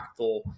impactful